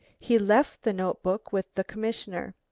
he left the notebook with the commissioner.